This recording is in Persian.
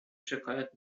شکایت